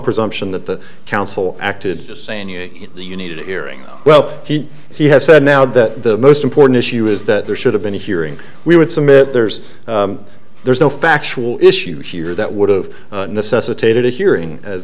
presumption that the council acted just saying you do you need a hearing well he he has said now that the most important issue is that there should have been hearing we would submit there's there's no factual issue here that would have necessitated a hearing as